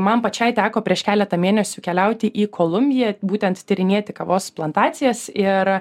man pačiai teko prieš keletą mėnesių keliauti į kolumbiją būtent tyrinėti kavos plantacijas ir